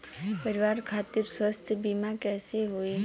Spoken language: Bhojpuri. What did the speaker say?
परिवार खातिर स्वास्थ्य बीमा कैसे होई?